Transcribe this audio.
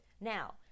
Now